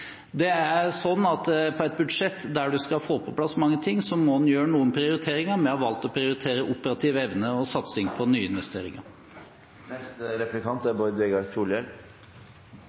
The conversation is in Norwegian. Det er sånn at i et budsjett der man skal få på plass mange ting, må man gjøre noen prioriteringer, og vi har valgt å prioritere operativ evne og satsing på